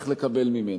צריך לקבל ממנה.